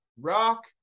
rock